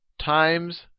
times